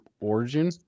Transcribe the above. Origin